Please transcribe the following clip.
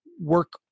work